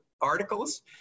Articles